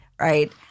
right